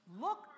Look